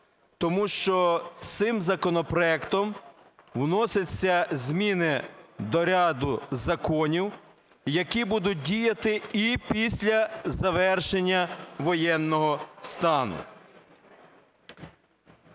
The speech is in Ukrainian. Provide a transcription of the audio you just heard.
тому що цим законопроектом вносяться зміни до ряду законів, які будуть діяти і після завершення воєнного стану.